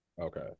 Okay